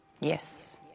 Yes